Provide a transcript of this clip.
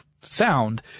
sound